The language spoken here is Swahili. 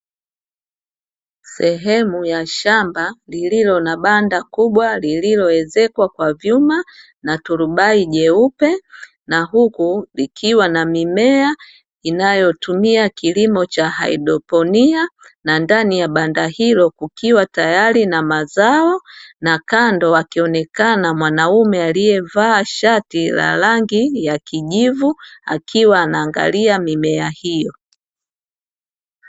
Sehemu ya shamba lililo na banda kubwa lililoezekwa kwa vyuma na turubai jeupe, na huku likiwa na mimea inayotumia kilimo cha haidroponi, na ndani ya banda hilo kukiwa tayari na mazao na kando akionekana mwanaume aliyevaa shati la rangi ya kijivu, akiwa anaangalia mimea hiyo.